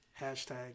hashtag